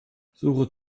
suche